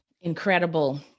Incredible